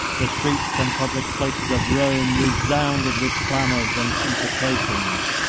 the streets and public places of rome resounded with clamors and imprecations.